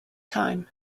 time